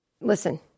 listen